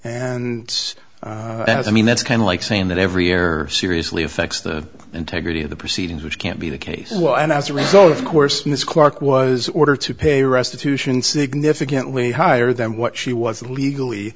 and i mean that's kind of like saying that every error seriously affects the integrity of the proceedings which can't be the case well and as a result of course ms quark was ordered to pay restitution significantly higher than what she was legally